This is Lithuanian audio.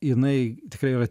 jinai tikrai yra